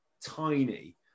tiny